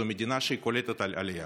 זו מדינה שהיא קולטת עלייה,